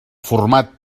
format